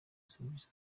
serivisi